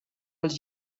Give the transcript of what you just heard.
els